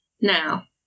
Now